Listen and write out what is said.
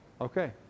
okay